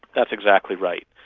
that's exactly right.